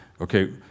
Okay